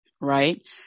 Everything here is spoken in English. Right